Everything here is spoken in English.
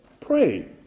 pray